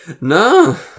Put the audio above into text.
No